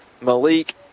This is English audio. Malik